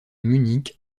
munich